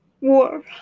war